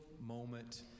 moment